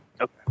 Okay